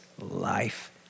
life